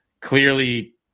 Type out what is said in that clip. clearly